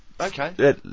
Okay